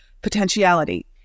potentiality